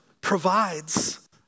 provides